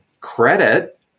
credit